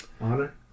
honor